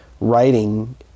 writing